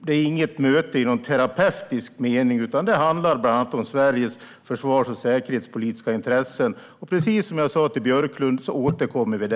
Det är inget möte i någon terapeutisk mening, utan det handlar bland annat om Sveriges försvars och säkerhetspolitiska intressen. Därefter återkommer vi, precis som jag sa till Björklund.